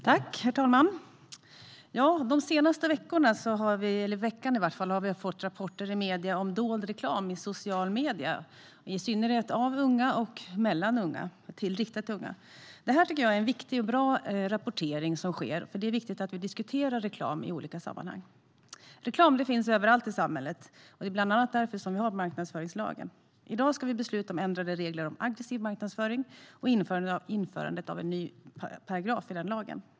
Herr talman! Den senaste veckan har vi fått rapporter i medierna om dold reklam i sociala medier, i synnerhet riktad till unga och mellan unga. Det är en viktig och bra rapportering som sker, för det är viktigt att vi diskuterar reklam i olika sammanhang. Reklam finns överallt i samhället. Det är bland annat därför som vi har marknadsföringslagen. I dag ska vi besluta om ändrade regler om aggressiv marknadsföring och införandet av en ny paragraf i marknadsföringslagen.